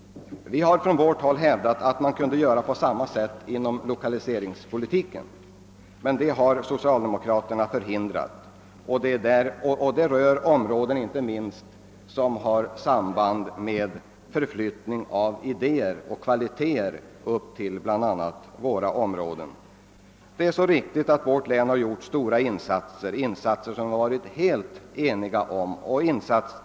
Vi har på vårt håll hävdat att man kan göra på samma sätt med lokaliseringspolitiken, men det har socialdemokraterna förhindrat. Detta gäller inte minst åtgärder som har samband med förflyttningen av idéer och kvaliteter upp till Norrland. Det är riktigt att vårt län har gjort stora insatser, som alla har varit eniga om.